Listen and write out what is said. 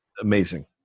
amazing